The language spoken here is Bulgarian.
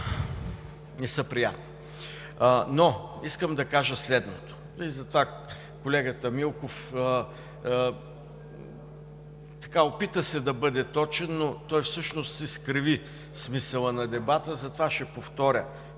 не са приятни. Но искам да кажа следното. Колегата Милков се опита да бъде точен, но всъщност изкриви смисъла на дебата, затова ще повторя